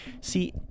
See